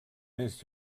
més